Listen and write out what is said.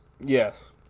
Yes